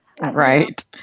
Right